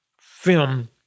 film